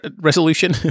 resolution